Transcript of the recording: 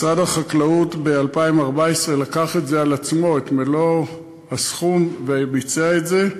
ב-2014 משרד החקלאות לקח את מלוא הסכום על עצמו וביצע את זה.